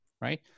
right